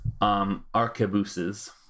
Arquebuses